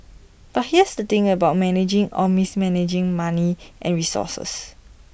but here's the thing about managing or mismanaging money and resources